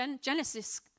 Genesis